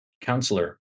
counselor